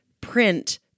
print